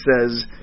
says